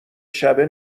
شبه